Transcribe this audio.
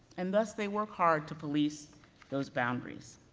and thus they work hard to police those boundaries.